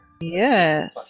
Yes